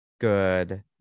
good